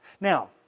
Now